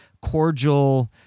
cordial